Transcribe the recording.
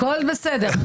הכול בסדר.